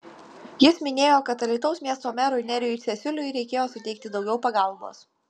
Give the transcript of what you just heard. jis minėjo kad alytaus miesto merui nerijui cesiuliui reikėjo suteikti daugiau pagalbos